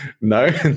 no